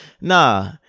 Nah